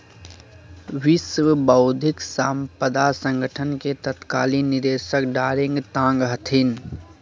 विश्व बौद्धिक साम्पदा संगठन के तत्कालीन निदेशक डारेंग तांग हथिन